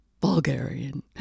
Bulgarian